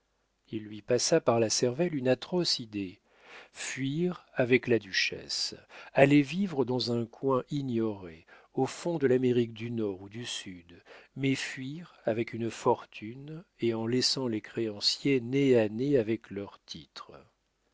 il lui passa par la cervelle une atroce idée fuir avec la duchesse aller vivre dans un coin ignoré au fond de l'amérique du nord ou du sud mais fuir avec une fortune et en laissant les créanciers nez à nez avec leurs titres